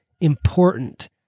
important